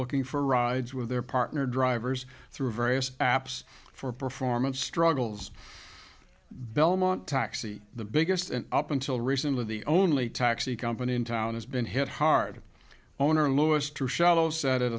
looking for rides with their partner drivers through various apps for performance struggles belmont taxi the biggest and up until recently the only taxi company in town has been hit hard owner louis too shallow set